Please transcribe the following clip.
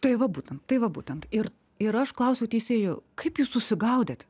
tai va būtent tai va būtent ir ir aš klausiau teisėjų kaip jūs susigaudėt